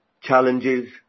challenges